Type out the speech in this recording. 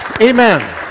Amen